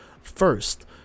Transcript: first